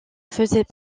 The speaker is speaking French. faisait